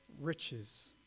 riches